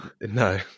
no